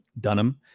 Dunham